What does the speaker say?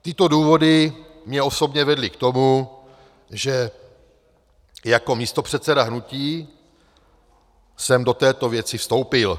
Tyto důvody mě osobně vedly k tomu, že jako místopředseda hnutí jsem do této věci vstoupil.